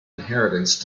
inheritance